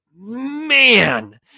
man